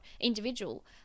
individual